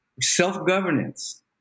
Self-governance